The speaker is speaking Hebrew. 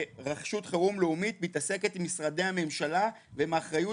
רשות חירום לאומית מתעסקת עם משרדי הממשלה ועם האחריות